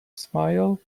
smile